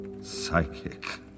Psychic